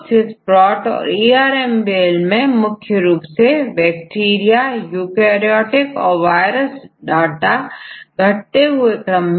TrEMBL और SWISS PROT database मैं भी मुख्य रूप से बैक्टीरिया यूकेरियोटिक और वायरस के डाटा घटते क्रम में है